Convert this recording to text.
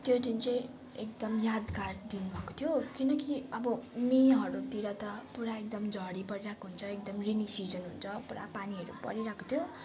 त्यो दिन चाहिँ एकदम यादगार दिन भएको थियो किनकि अब मेहरूतिर त पुरा एकदम झरी परिरहेको हुन्छ एकदम रेनी सिजन हुन्छ पुरा पानीहरू परिरहेको थियो